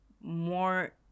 more